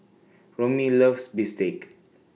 Romie loves Bistake